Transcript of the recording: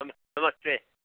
नम नमस्ते